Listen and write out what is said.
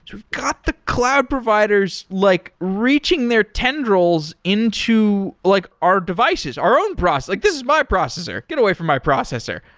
we've got the cloud providers like reaching their tendrils into like our devices, our own process, like, this is my processor. get away from my processor.